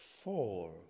four